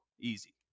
easy